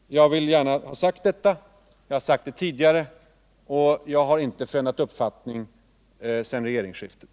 Jag vill gärna ha sagt detta; jag har sagt det tidigare, och jag har inte förändrat uppfattning efter regeringsskiftet.